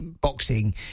boxing